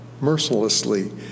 mercilessly